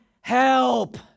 help